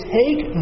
take